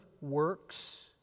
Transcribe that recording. works